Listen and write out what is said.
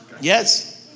Yes